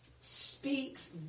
speaks